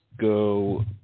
go